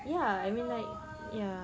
ya I mean like ya